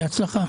בהצלחה.